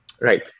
Right